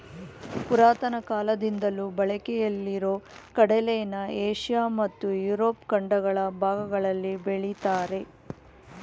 ಪುರಾತನ ಕಾಲದಿಂದಲೂ ಬಳಕೆಯಲ್ಲಿರೊ ಕಡಲೆನ ಏಷ್ಯ ಮತ್ತು ಯುರೋಪ್ ಖಂಡಗಳ ಭಾಗಗಳಲ್ಲಿ ಬೆಳಿತಾರೆ